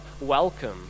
welcome